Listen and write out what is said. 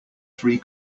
three